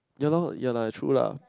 ya loh ya lah true lah